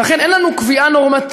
ולכן אין לנו קביעה נורמטיבית,